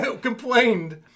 complained